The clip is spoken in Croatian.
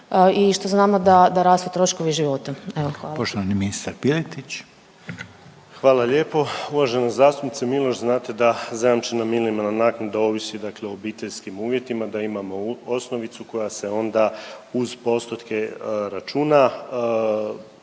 i što znamo da rastu troškovi života. Evo hvala. **Reiner, Željko (HDZ)** Poštovani ministar Piletić. **Piletić, Marin (HDZ)** Hvala lijepo. Uvažena zastupnice Miloš znate da zajamčena minimalna naknada ovisi dakle o obiteljskim uvjetima, da imamo osnovicu koja se onda uz postotke računa.